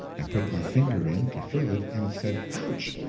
i put my finger in, to feel it, and said ouch!